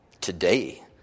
Today